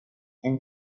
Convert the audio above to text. and